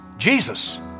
Jesus